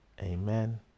Amen